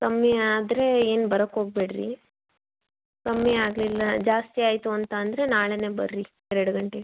ಕಮ್ಮಿ ಆದರೆ ಏನೂ ಬರಕ್ಕೆ ಹೋಗ್ಬೇಡ್ರಿ ಕಮ್ಮಿ ಆಗಲಿಲ್ಲ ಜಾಸ್ತಿ ಆಯಿತು ಅಂತಂದರೆ ನಾಳೆಯೇ ಬನ್ರಿ ಎರಡು ಗಂಟೆಗೆ